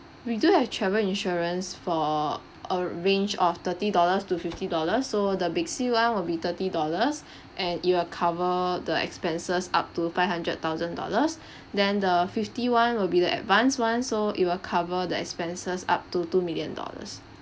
we do have travel insurance for a range of thirty dollars to fifty dollars so the basic [one] will be thirty dollars and you are cover the expenses up to five hundred thousand dollars then the fifty [one] will be the advanced [one] so it will cover the expenses up to two million dollars